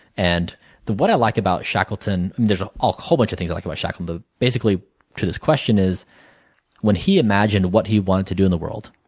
and what i like about shackleton there is a ah whole bunch of things i like about shackleton. basically to this question is when he imagined what he wanted to do in the world,